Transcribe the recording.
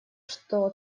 что